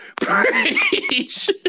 Preach